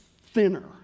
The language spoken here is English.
thinner